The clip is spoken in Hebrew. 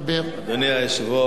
אדוני היושב-ראש,